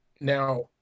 now